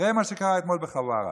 ראה מה שקרה אתמול בחווארה.